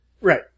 right